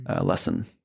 lesson